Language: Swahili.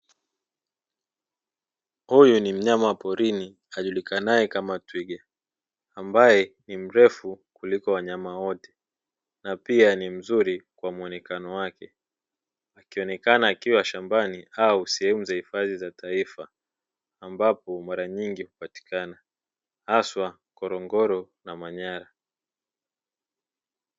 Huyu ni mnyama wa porini ajulikanaye kama twiga ambaye ni mrefu kuliko wanyama wote; na pia ni mzuri kwa muonekano wake, akionekana akiwa shambani au sehemu za hifadhi za taifa, ambapo mara nyingi hupatikana haswa ngorongoro na manyara.